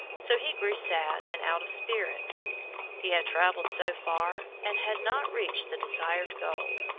so he grew sad and out of spirits he had travelled so far and had not reached the desired goal.